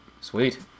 sweet